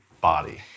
body